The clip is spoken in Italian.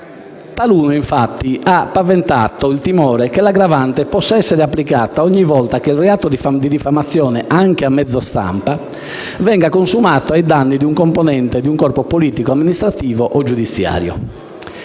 taluno si è infatti paventato il timore che l'aggravante possa essere applicata ogni volta che il reato di diffamazione, anche a mezzo stampa, venga consumato ai danni di un componente di un corpo politico, amministrativo o giudiziario.